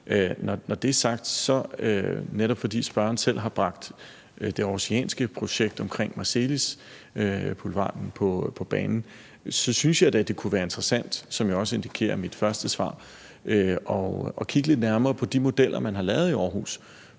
Når det er sagt, synes jeg da – når spørgeren nu selv har bragt det aarhusianske projekt om Marselis Boulevard på banen – at det kunne være interessant, som jeg også indikerede i mit første svar, at kigge lidt nærmere på de modeller, man har lavet i Aarhus,